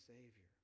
Savior